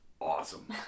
awesome